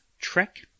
Trek